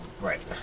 Right